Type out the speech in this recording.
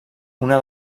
una